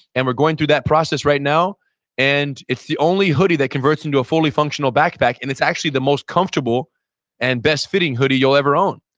and we're going through that process right now and it's the only hoodie that converts into a fully functional backpack and it's actually the most comfortable and best fitting hoodie you'll ever own.